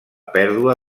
pèrdua